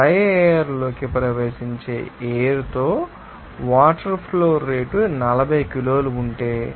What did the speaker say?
dry air లోకి ప్రవేశించే air తో వాటర్ ఫ్లో రేటు 40 కిలోలు ఉంటే